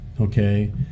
Okay